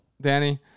Danny